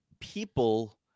people